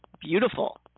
beautiful